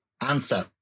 answer